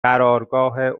قرارگاه